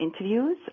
interviews